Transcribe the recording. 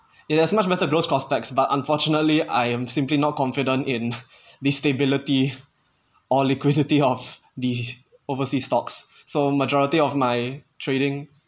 it has much better growth prospects but unfortunately I am simply not confident in the stability or liquidity of these overseas stocks so majority of my trading